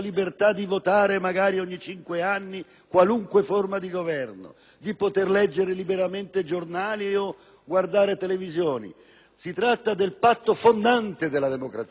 qualunque forma di governo, di poter leggere liberamente giornali o guardare televisioni: si tratta del patto fondante della democrazia e cioè del crinale tra